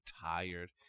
tired